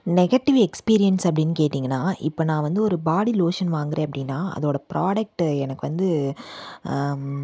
negative experience அப்படின்னு கேட்டீங்கனா இப்போ நான் வந்து ஒரு பாடி லோஷன் வாங்குகிறேன் அப்படின்னா அதோட பிராடக்ட் எனக்கு வந்து